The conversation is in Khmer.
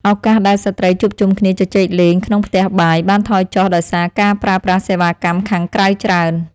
ឱកាសដែលស្ត្រីជួបជុំគ្នាជជែកលេងក្នុងផ្ទះបាយបានថយចុះដោយសារការប្រើប្រាស់សេវាកម្មខាងក្រៅច្រើន។